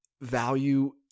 value